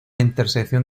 intersección